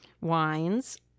wines